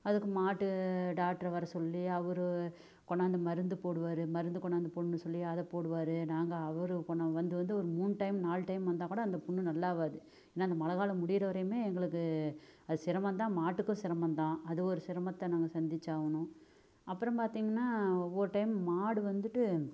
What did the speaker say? அதுக்கு மாட்டு டாக்டரை வர சொல்லி அவரு கொண்டாந்து மருந்து போடுவார் மருந்து கொண்டாந்து போடணுனு சொல்லி அதை போடுவார் நாங்கள் அவர் கொண்ணா வந்து வந்து ஒரு மூணு டைம் நாலு டைம் வந்தால் கூட அந்த புண் நல்லாகாது ஏன்னால் இந்த மழை காலம் முடிகிற வரையிலுமே எங்களுக்கு அது சிரமம்தான் மாட்டுக்கும் சிரமம்தான் அது ஒரு சிரமத்தை நாங்கள் சந்திச்சாகணும் அப்புறம் பார்த்தீங்கன்னா ஒவ்வொரு டைம் மாடு வந்துட்டு